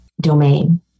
domain